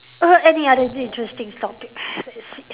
err any other d~ interesting topic let's see